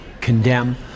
condemn